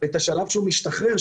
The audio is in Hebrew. השלב שהוא משתחרר,